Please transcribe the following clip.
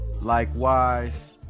likewise